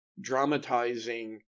dramatizing